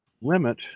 limit